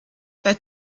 bei